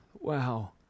Wow